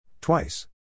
Twice